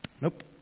Nope